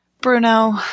Bruno